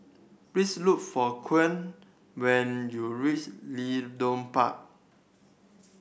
please look for when you reach Leedon Park